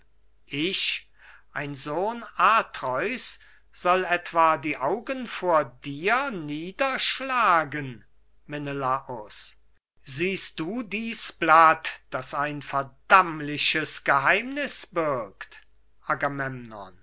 ich ein sohn atreus soll etwa die augen vor dir niederschlagen menelaus siehst du dies blatt das ein verdammliches geheimniß